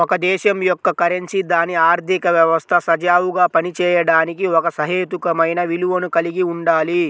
ఒక దేశం యొక్క కరెన్సీ దాని ఆర్థిక వ్యవస్థ సజావుగా పనిచేయడానికి ఒక సహేతుకమైన విలువను కలిగి ఉండాలి